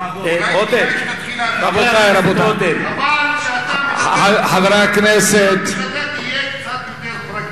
אתה נסחף אחרי ליברמן, חשבתי שתהיה יותר פרגמטי.